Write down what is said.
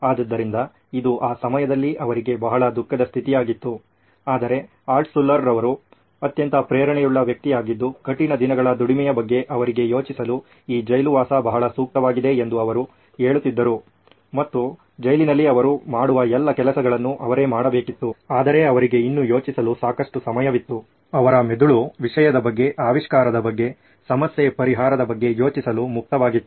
ಆದ್ದರಿಂದ ಇದು ಆ ಸಮಯದಲ್ಲಿ ಅವರಿಗೆ ಬಹಳ ದುಃಖದ ಸ್ಥಿತಿಯಾಗಿತ್ತು ಆದರೆ ಆಲ್ಟ್ಶುಲ್ಲರ್ ರವರು ಅತ್ಯಂತ ಪ್ರೇರಣೆಯುಳ್ಳ ವ್ಯಕ್ತಿಯಾಗಿದ್ದು ಕಠಿಣ ದಿನಗಳ ದುಡಿಮೆ ಬಗ್ಗೆ ಅವರಿಗೆ ಯೋಚಿಸಲು ಈ ಜೈಲುವಾಸ ಬಹಳ ಸೂಕ್ತವಾಗಿದೆ ಎಂದು ಅವರು ಹೇಳುತ್ತಿದ್ದರು ಮತ್ತು ಜೈಲಿನಲ್ಲಿ ಅವರು ಮಾಡುವ ಎಲ್ಲ ಕೆಲಸಗಳನ್ನು ಅವರೇ ಮಾಡಬೇಕಿತ್ತು ಆದರೆ ಅವರಿಗೆ ಇನ್ನೂ ಯೋಚಿಸಲು ಸಕಷ್ಟು ಸಮಯವಿತ್ತು ಅವರ ಮೆದುಳು ವಿಷಯದ ಬಗ್ಗೆ ಆವಿಷ್ಕಾರದ ಬಗ್ಗೆ ಸಮಸ್ಯೆ ಪರಿಹಾರದ ಬಗ್ಗೆ ಯೋಚಿಸಲು ಮುಕ್ತವಾಗಿತ್ತು